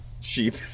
sheep